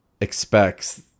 expects